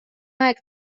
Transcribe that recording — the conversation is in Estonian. aeg